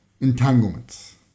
entanglements